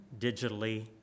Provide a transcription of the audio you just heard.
digitally